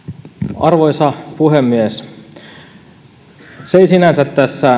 arvoisa puhemies se ei tässä sinänsä